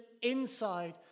inside